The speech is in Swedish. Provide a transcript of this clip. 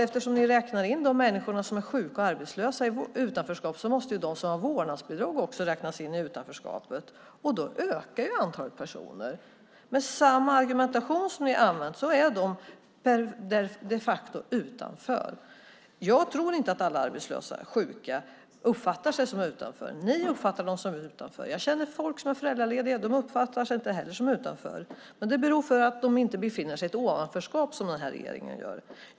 Eftersom ni räknar in de människor som är sjuka och arbetslösa i utanförskapet måste ju de som har vårdnadsbidrag också räknas in i utanförskapet, och då ökar antalet personer. Med samma argumentation som ni har använt är de de facto utanför. Jag tror inte att alla arbetslösa och sjuka uppfattar sig som utanför. Ni uppfattar dem som utanför. Jag känner folk som är föräldralediga. De uppfattar sig inte heller som utanför, men det beror på att de inte befinner sig i ett ovanförskap som den här regeringen gör.